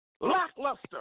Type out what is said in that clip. Lackluster